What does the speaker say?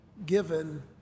given